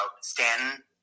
Stanton